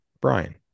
Brian